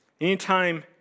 Anytime